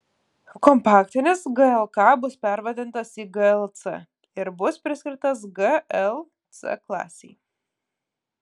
kompaktinis glk bus pervadintas į glc ir bus priskirtas gl c klasei